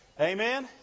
Amen